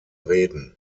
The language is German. reden